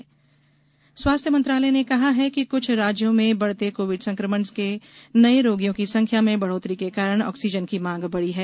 सरकार आक्सीजन स्वास्थ्य मंत्रालय ने कहा है कि कुछ राज्यों में बढते कोविड संक्रमण से नये रोगियों की संख्या में बढोतरी के कारण ऑक्सीजन की मांग बढी है